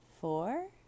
four